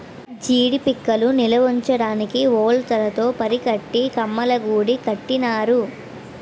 జీడీ పిక్కలు నిలవుంచడానికి వౌల్తులు తో పురికట్టి కమ్మలగూడు కట్టినారు